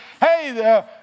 Hey